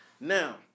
Now